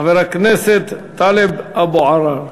חבר הכנסת טלב אבו עראר.